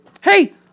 hey